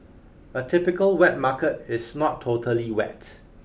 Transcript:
a typical wet market is not totally wet